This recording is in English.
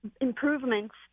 improvements